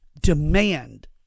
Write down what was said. demand